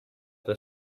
were